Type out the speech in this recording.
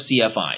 CFI